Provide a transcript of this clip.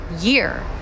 year